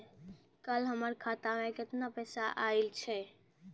कल हमर खाता मैं केतना पैसा आइल छै?